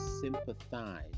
sympathize